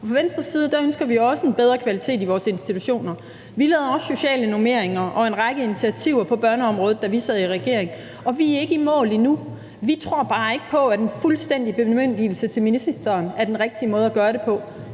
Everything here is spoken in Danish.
Fra Venstres side ønsker vi også en bedre kvalitet i vores institutioner. Vi lavede også sociale normeringer og en række initiativer på børneområdet, da vi sad i regering, og vi er ikke i mål endnu. Vi tror bare ikke på, at en fuldstændig bemyndigelse til ministeren er den rigtige måde at gøre det på,